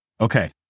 Okay